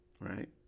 right